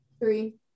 Three